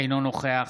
אינו נוכח